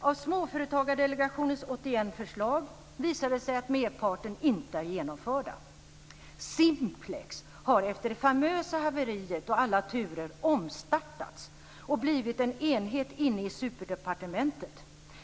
Av Småföretagsdelegationens 81 förslag visar det sig att merparten inte är genomförda. Simplex har efter det famösa haveriet och alla turer omstartats och blivit en enhet inne i superdepartementet.